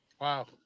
Wow